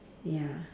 ya